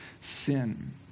sin